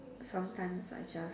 sometimes I just